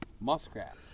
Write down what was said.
muskrat